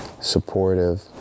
supportive